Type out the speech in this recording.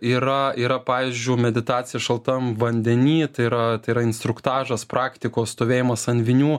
yra yra pavyzdžiu meditacija šaltam vandeny tai yra tai yra instruktažas praktikos stovėjimas an vinių